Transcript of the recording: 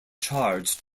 charge